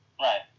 Right